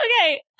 Okay